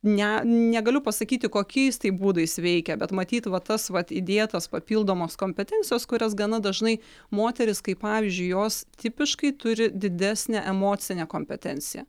ne negaliu pasakyti kokiais tai būdais veikia bet matyt va tas vat įdėtos papildomos kompetencijos kurias gana dažnai moterys kaip pavyzdžiui jos tipiškai turi didesnę emocinę kompetenciją